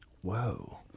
whoa